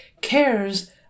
cares